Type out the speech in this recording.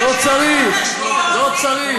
לא צריך.